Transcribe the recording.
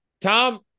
Tom